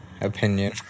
opinion